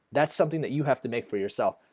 that's something that you have to make for yourself,